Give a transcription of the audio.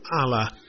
Allah